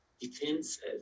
defensive